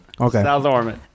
Okay